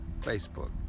Facebook